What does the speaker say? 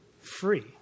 free